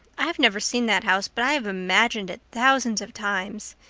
i've never seen that house, but i've imagined it thousands of times.